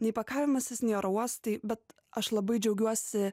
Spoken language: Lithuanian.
nei pakavimasis nei oro uostai bet aš labai džiaugiuosi